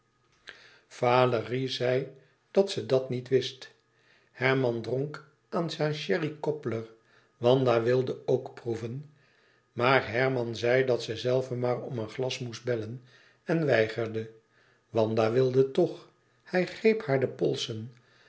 valérie zei dat ze het niet wist herman dronk aan zijn sherry cobbler wanda wilde ook proeven maar herman zei dat ze zelve maar om een glas moest bellen en weigerde wanda wilde toch hij greep haar de polsen